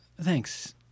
Thanks